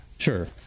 Sure